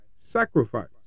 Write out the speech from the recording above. sacrifice